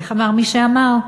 איך אמר מי שאמר,